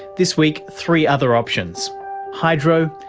this week, three other options hydro,